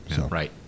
Right